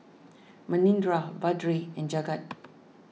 Manindra Vedre and Jagat